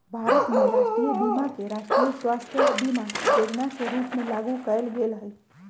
भारत में राष्ट्रीय बीमा के राष्ट्रीय स्वास्थय बीमा जोजना के रूप में लागू कयल गेल हइ